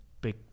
Big